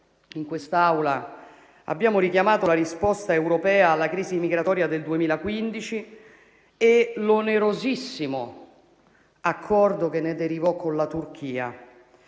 in quest'Aula abbiamo richiamato la risposta europea alla crisi migratoria del 2015 e l'onerosissimo accordo che ne derivò con la Turchia